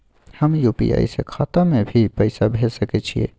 हम यु.पी.आई से खाता में भी पैसा भेज सके छियै?